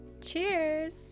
cheers